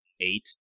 eight